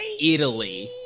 Italy